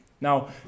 Now